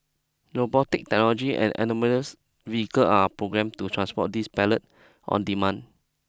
robotic technology and autonomous vehicle are programmed to transport these pallet on demand